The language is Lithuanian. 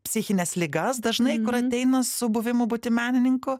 psichines ligas dažnai kur ateina su buvimu būti menininku